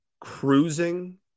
cruising